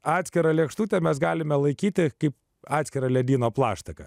atskirą lėkštutę mes galime laikyti kaip atskirą ledyno plaštaką